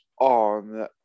on